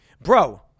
Bro